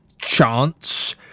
chance